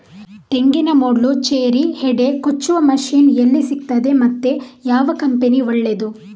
ತೆಂಗಿನ ಮೊಡ್ಲು, ಚೇರಿ, ಹೆಡೆ ಕೊಚ್ಚುವ ಮಷೀನ್ ಎಲ್ಲಿ ಸಿಕ್ತಾದೆ ಮತ್ತೆ ಯಾವ ಕಂಪನಿ ಒಳ್ಳೆದು?